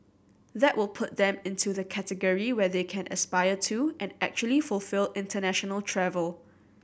that will put them into the category where they can aspire to and actually fulfil international travel